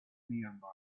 nearby